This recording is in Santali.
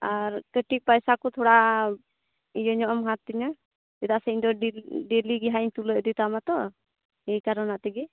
ᱟᱨ ᱠᱟᱹᱴᱤᱡ ᱯᱚᱭᱥᱟ ᱠᱚ ᱛᱷᱚᱲᱟ ᱤᱭᱟᱹᱧᱚᱜ ᱮᱢ ᱦᱟᱛ ᱛᱤᱧᱟᱹ ᱪᱮᱫᱟᱜ ᱥᱮ ᱤᱧ ᱫᱚ ᱰᱮᱞᱤᱜᱮ ᱦᱟᱸᱜ ᱤᱧ ᱛᱩᱞᱟᱹᱣ ᱤᱫᱤ ᱛᱟᱢᱟ ᱛᱚ ᱮᱭᱠᱟᱨᱚᱱᱟᱜ ᱛᱮᱜᱮ